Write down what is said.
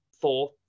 four